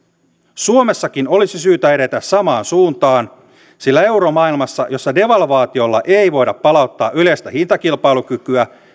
suomessakin olisi syytä edetä samaan suuntaan sillä euromaailmassa jossa devalvaatiolla ei voida palauttaa yleistä hintakilpailukykyä